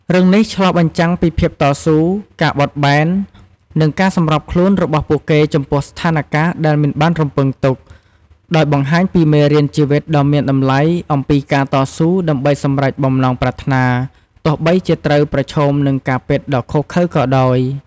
រឿងនេះឆ្លុះបញ្ចាំងពីភាពតស៊ូ ការបត់បែន និងការសម្របខ្លួនរបស់ពួកគេចំពោះស្ថានការណ៍ដែលមិនបានរំពឹងទុក ដោយបង្ហាញពីមេរៀនជីវិតដ៏មានតម្លៃអំពីការតស៊ូដើម្បីសម្រេចបំណងប្រាថ្នា ទោះបីជាត្រូវប្រឈមនឹងការពិតដ៏ឃោរឃៅក៏ដោយ។